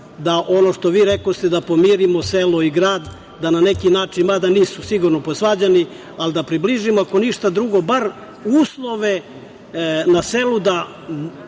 da, ono što vi rekoste, da pomirimo selo i grad, da na neki način, mada nisu sigurno posvađani, ali da približimo ako ništa drugo bar uslove na selu da